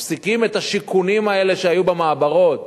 מפסיקים את השיכונים האלה שהיו במעברות,